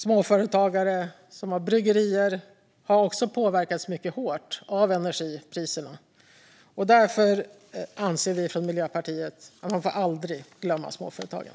Småföretagare som bagerier och bryggerier har också påverkats mycket hårt av energipriserna, och därför anser vi från Miljöpartiet att man aldrig får glömma småföretagen.